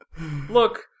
Look